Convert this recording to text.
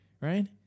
right